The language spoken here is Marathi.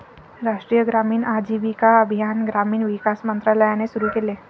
राष्ट्रीय ग्रामीण आजीविका अभियान ग्रामीण विकास मंत्रालयाने सुरू केले